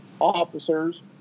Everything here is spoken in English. officers